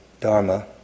Dharma